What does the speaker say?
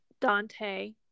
Dante